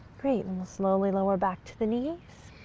great, and we'll slowly lower back to the knees.